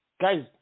Guys